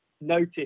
notice